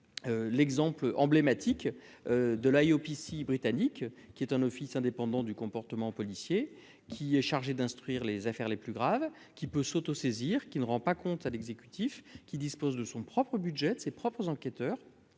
l'exemple emblématique de officie britannique qui est un office indépendant du comportement policier qui est chargée d'instruire les affaires les plus graves qui peut s'autosaisir qui ne rend pas compte à l'exécutif, qui dispose de son propre budget de ses propres enquêteurs